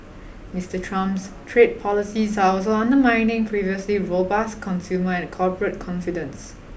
Mister Trump's trade policies are also undermining previously robust consumer and corporate confidence